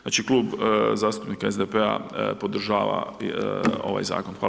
Znači Klub zastupnika SDP-a podržava ovaj zakon.